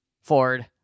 Ford